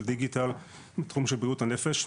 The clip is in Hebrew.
של דיגיטל בתחום של בריאות הנפש,